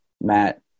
matt